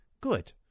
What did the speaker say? good